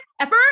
effort